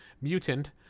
Mutant